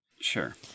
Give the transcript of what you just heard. Sure